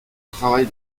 travail